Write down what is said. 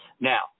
Now